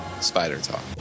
Spider-Talk